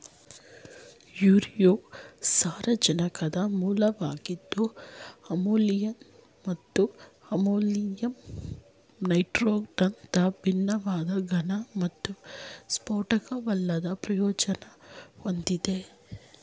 urea ಸಾರಜನಕದ ಮೂಲವಾಗಿದ್ದು ammonia ಮತ್ತು ಅಮೋನಿಯಂ ನೈಟ್ರೇಟ್ಗಿಂತ ಭಿನ್ನವಾಗಿ ಘನ ಮತ್ತು ಸ್ಫೋಟಕವಲ್ಲದ ಪ್ರಯೋಜನ ಹೊಂದಿದೆ